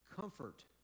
comfort